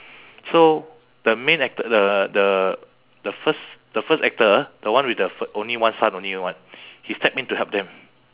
so the main actor the the the first the first actor the one with the f~ only one son only [what] he step in to help them